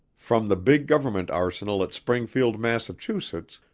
from the big government arsenal at springfield, massachusetts,